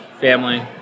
family